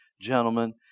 gentlemen